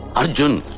arjun.